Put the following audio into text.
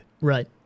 Right